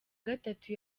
gatatu